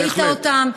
ראית אותם,